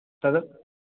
तद्